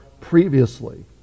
previously